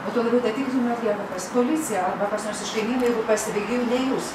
o tuo labiau tą tikrinimą atlieka kas policija arba kas nors iš kaimynų jeigu pastebi jeigu ne jūs